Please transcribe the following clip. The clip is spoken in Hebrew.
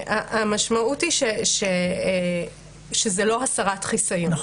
המשמעות היא שזאת לא הסרת חיסיון.